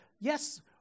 yes